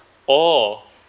oh